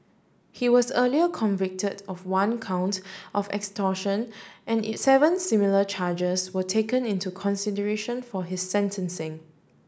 he was earlier convicted of one count of extortion and seven similar charges were taken into consideration for his sentencing